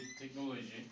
technology